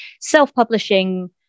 self-publishing